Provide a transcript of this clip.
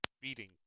beating